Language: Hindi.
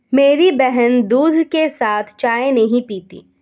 मेरी बहन दूध के साथ चाय नहीं पीती